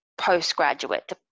postgraduate